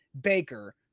Baker